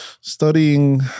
studying